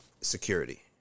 security